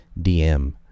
DM